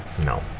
No